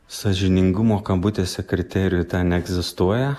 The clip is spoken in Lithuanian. sąžiningumo kabutėse kriterijų ten neegzistuoja